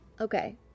Okay